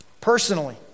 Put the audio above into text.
personally